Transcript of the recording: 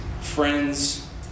friends